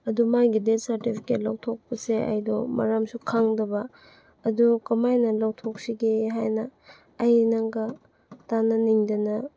ꯑꯗꯨ ꯃꯥꯒꯤ death certificate ꯂꯧꯊꯣꯛꯄꯁꯦ ꯑꯩꯗꯣ ꯃꯔꯝꯁꯨ ꯈꯪꯗꯕ ꯑꯗꯨ ꯀꯃꯥꯏꯅ ꯂꯧꯊꯣꯛꯁꯤꯒꯦ ꯍꯥꯏꯅ ꯑꯩ ꯅꯪꯒ ꯇꯥꯟꯅꯅꯤꯡꯗꯅ